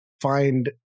find